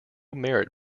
merit